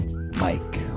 Mike